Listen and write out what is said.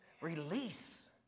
Release